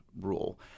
rule